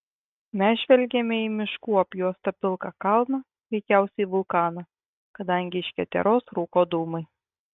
mes žvelgėme į miškų apjuostą pilką kalną veikiausiai vulkaną kadangi iš keteros rūko dūmai